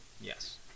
Yes